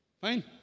fine